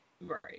Right